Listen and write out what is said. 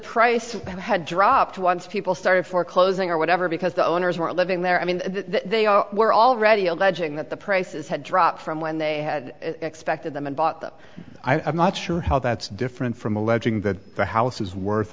price had dropped once people started foreclosing or whatever because the owners were living there i mean they are were already alleging that the prices had dropped from when they had expected them and bought them i'm not sure how that's different from alleging that the house is worth